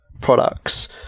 products